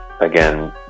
again